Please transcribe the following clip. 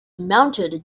mounted